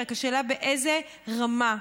רק השאלה באיזו רמה.